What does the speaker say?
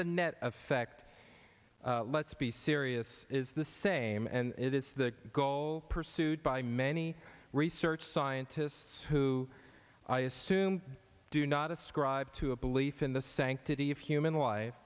the net effect let's be serious is the same and it is the goal pursued by many research scientists who i assume do not ascribe to a belief in the sanctity of human life